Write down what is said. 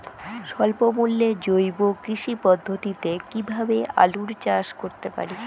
স্বল্প মূল্যে জৈব কৃষি পদ্ধতিতে কীভাবে আলুর চাষ করতে পারি?